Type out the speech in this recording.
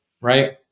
right